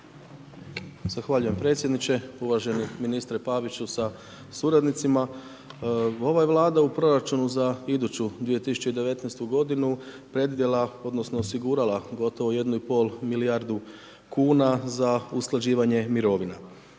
Zahvaljujem predsjedniče, uvaženi ministre Paviću sa suradnicima, ova vlada u proračunu za iduću 2019. g. predvidjela odnosno, osigurala gotovo 1,5 milijardu kn, za usklađivanje mirovina.